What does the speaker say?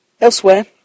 Elsewhere